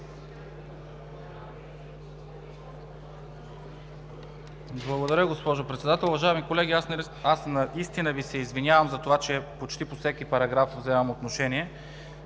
Благодаря, госпожо Председател. Уважаеми колеги, наистина Ви се извинявам за това, че почти по всеки параграф вземам отношение,